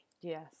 Yes